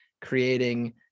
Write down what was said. creating